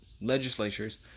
legislatures